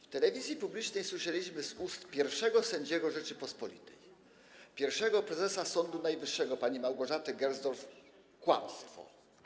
W telewizji publicznej słyszeliśmy z ust pierwszego sędziego Rzeczypospolitej, pierwszego prezesa Sądu Najwyższego pani Małgorzaty Gersdorf kłamstwo.